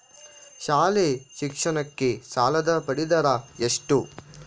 ಶಾಲಾ ಶಿಕ್ಷಣಕ್ಕೆ ಸಾಲದ ಬಡ್ಡಿದರ ಎಷ್ಟು?